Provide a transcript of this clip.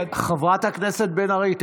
חברת הכנסת בן ארי,